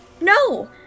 No